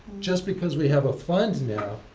just because we have a fund now,